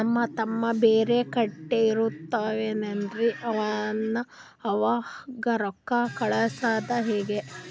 ನಮ್ ತಮ್ಮ ಬ್ಯಾರೆ ಕಡೆ ಇರತಾವೇನ್ರಿ ಅವಂಗ ರೋಕ್ಕ ಕಳಸದ ಹೆಂಗ?